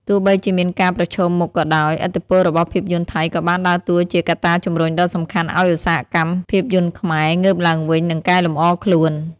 ទោះបីជាមានការប្រឈមមុខក៏ដោយ ឥទ្ធិពលរបស់ភាពយន្តថៃក៏បានដើរតួជាកត្តាជំរុញដ៏សំខាន់ឲ្យឧស្សាហកម្មភាពយន្តខ្មែរ ងើបឡើងវិញ និងកែលម្អខ្លួន។